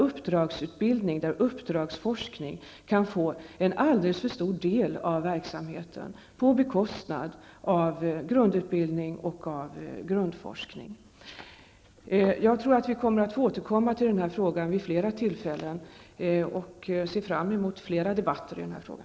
Uppdragsutbildning och uppdragsforskning kan komma att utgöra en alldeles för stor del av verksamheten på bekostnad av grundutbildning och grundforskning. Vi lär få anledning att återkomma till den här frågan vid flera tillfällen. Jag ser fram mot fler debatter i den.